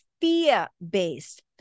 fear-based